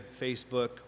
Facebook